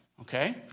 okay